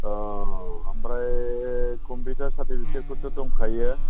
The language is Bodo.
औ ओमफ्राय कम्पिउटार सार्टिपिकेटफोरथ' दंखायो